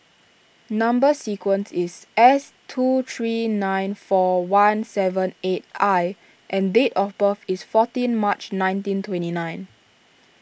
Number Sequence is S two three nine four one seven eight I and date of birth is fourteen March nineteen twenty nine